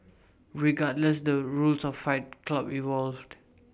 regardless the rules of fight club evolved